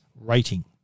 rating